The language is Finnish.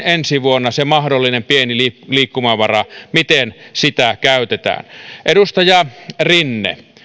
ensi vuonna se mahdollinen pieni liikkumavara miten sitä käytetään edustaja rinne